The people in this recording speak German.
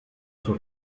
zur